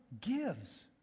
gives